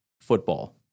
football